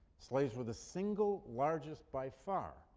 slaves were the single largest, by far,